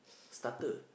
starter